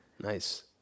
Nice